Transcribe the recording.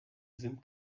sim